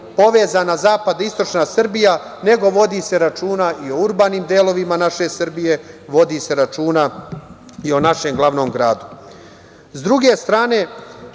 povezana zapadna i istočna Srbija, nego se vodi računa i o urbanim delovima naše Srbije, vodi se računa i o našem glavnom gradu. Sa druge strane,